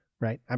Right